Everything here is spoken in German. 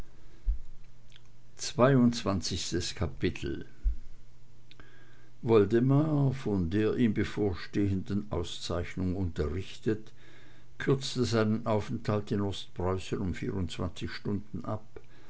zweiundzwanzigstes kapitel woldemar von der ihm bevorstehenden auszeichnung unterrichtet kürzte seinen aufenthalt in ostpreußen um vierundzwanzig stunden ab